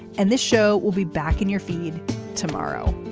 and the show will be back in your feed tomorrow